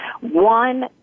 one